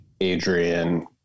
Adrian